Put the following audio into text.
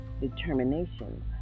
determination